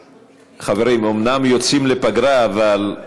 חברים, אומנם יוצאים לפגרה, אבל,